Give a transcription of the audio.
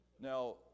Now